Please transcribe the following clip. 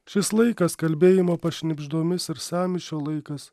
šis laikas kalbėjimo pašnibždomis ir sąmyšio laikas